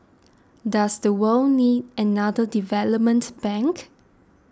does the world need another development bank